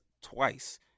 twice